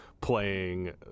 playing